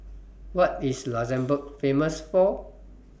What IS Luxembourg Famous For